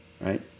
right